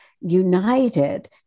united